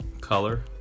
color